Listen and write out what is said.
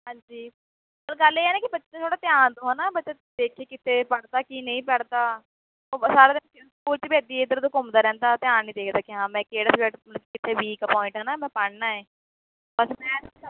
ਹਾਂਜੀ ਚੱਲੋ ਗੱਲ ਇਹ ਹੈ ਨਾ ਕਿ ਬੱਚੇ 'ਤੇ ਥੋੜ੍ਹਾ ਜਿਹਾ ਧਿਆਨ ਦਓ ਹੈ ਨਾ ਬੱਚੇ ਦੇਖੇ ਕਿੱਥੇ ਪੜ੍ਹਦਾ ਕਿ ਨਹੀਂ ਪੜ੍ਹਦਾ ਸਾਰਾ ਦਿਨ ਸਕੂਲ ਵਿੱਚ ਵੀ ਏਦੀਂ ਇੱਧਰ ਉੱਧਰ ਘੁੰਮਦਾ ਰਹਿੰਦਾ ਧਿਆਨ ਨਹੀਂ ਦੇਖਦਾ ਕਿ ਹਾਂ ਮੈਂ ਕਿਹੜਾ ਸਬਜੈਕਟ ਮਤਲਬ ਕਿੱਥੇ ਵੀਕ ਪੁਆਇੰਟ ਹੈ ਨਾ ਮੈਂ ਪੜ੍ਹਨਾ ਹੈ